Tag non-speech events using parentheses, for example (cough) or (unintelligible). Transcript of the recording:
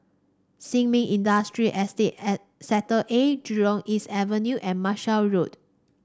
Sin Ming Industrial Estate (unintelligible) Sector A Jurong East Avenue and Marshall Road